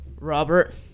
robert